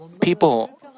People